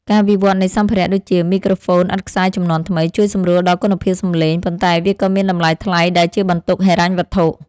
ការវិវត្តនៃសម្ភារៈដូចជា មីក្រូហ្វូនឥតខ្សែជំនាន់ថ្មី ជួយសម្រួលដល់គុណភាពសម្លេង ប៉ុន្តែវាក៏មានតម្លៃថ្លៃដែលជាបន្ទុកហិរញ្ញវត្ថុ។